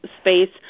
space